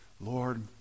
Lord